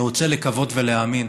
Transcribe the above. אני רוצה לקוות ולהאמין